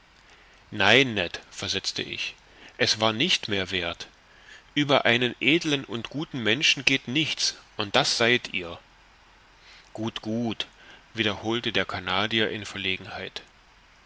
nein ned versetzte ich es war nicht mehr werth ueber einen edlen und guten menschen geht nichts und das seid ihr gut gut wiederholte der canadier in verlegenheit